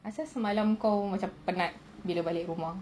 asal semalam kau macam penat bila balik rumah